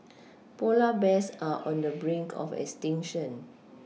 polar bears are on the brink of extinction